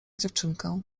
dziewczynkę